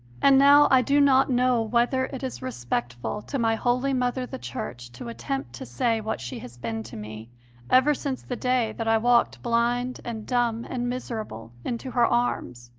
and now i do not know whether it is respectful to my holy mother the church to attempt to say what she has been to me ever since the day that i walked blind and dumb and miserable into her arms.